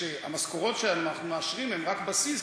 שהמשכורות שאנחנו מאשרים הם רק בסיס,